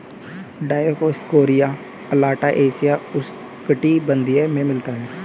Dioscorea alata एशियाई उष्णकटिबंधीय में मिलता है